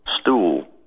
...stool